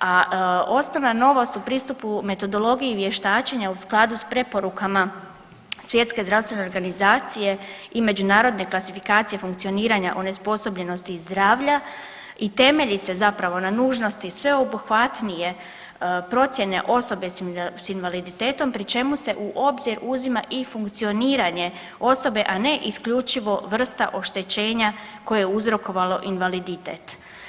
a osnovna novost u pristupu metodologiji vještačenja u skladu s preporukama Svjetske zdravstvene organizacije i međunarodne klasifikacije funkcioniranja onesposobljenosti i zdravlja i temelji se zapravo na nužnosti sveobuhvatnije procijene osobe s invaliditetom pri čemu se u obzir uzima i funkcioniranje osobe, a ne isključivo vrsta oštećenja koje je uzrokovalo invaliditet.